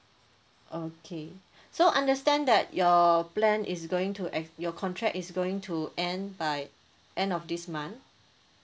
okay so understand that your plan is going to e~ your contract is going to end by end of this month